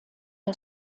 der